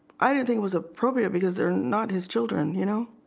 i don't think it was appropriate because they're not his children. you know,